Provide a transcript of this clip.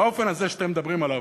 באופן הזה שאתם מדברים עליו,